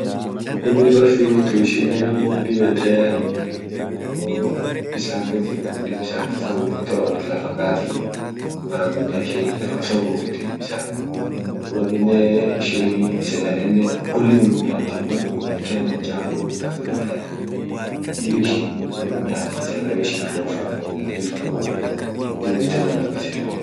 Qurtumi dolfinin tun ishineni dib yette yani wo bisan kaschift kulli bisan kasa rukite ol lafakati mara guda ishin kasarukiti bisan dub aminen ishini sagalenen kulli onum nyati won itkanan chambo kasa itkanan kulli ishin onum nyati sagale ishin fufet hinjirtu dub dib yette won akasi suni.